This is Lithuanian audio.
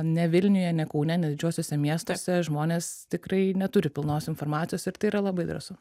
ne vilniuje ne kaune ne didžiuosiuose miestuose žmonės tikrai neturi pilnos informacijos ir tai yra labai drąsu